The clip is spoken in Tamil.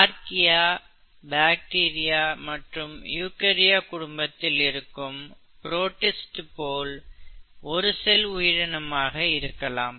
ஆர்க்கியா பாக்டீரியா மற்றும் யூகரியா குடும்பத்தில் இருக்கும் புரோடிஸ்ட் போல் ஒரு செல் உயிரினமாக இருக்கலாம்